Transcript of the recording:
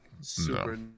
Super